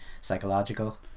psychological